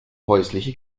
häusliche